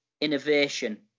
innovation